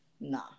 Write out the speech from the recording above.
Nah